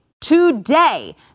today